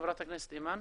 חברת הכנסת אימאן.